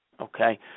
Okay